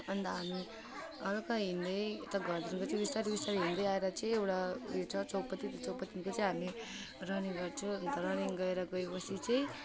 अन्त हामी हल्का हिँड्दै यता घरतिरबाट चाहिँ बिस्तारै बिस्तारै हिँड्दै आएर चाहिँ एउटा ऊ यो छ चौपाती त्यो चौपातीतिर चाहिँ हामी रनिङ गर्छौँ र त्यहाँ रनिङ गरेर गएपछि चैँ